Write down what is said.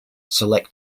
select